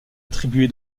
attribuer